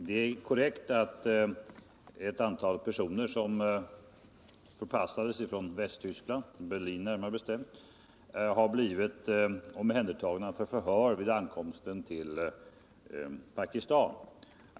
Det är korrekt att ett antal personer som förpassades från Västtyskland —- Berlin närmare bestämt — har blivit omhändertagna för förhör vid ankomsten till Pakistan.